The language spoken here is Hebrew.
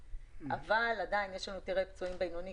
אבל עדיין יש לנו הרבה פצועים בינוני.